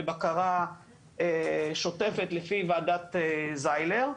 בבקרה שוטפת לפי ועדת זיילר.